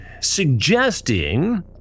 suggesting